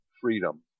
freedom